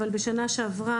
אבל בשנת 2021,